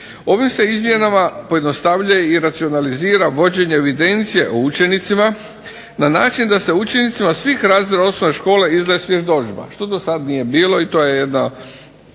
Ovim se izmjenama pojednostavljuje i racionalizira vođenje evidencija o učenicima na način da se učenicima svih razreda osnovne škole izdaje svjedodžba što do sad nije bilo i to je jedna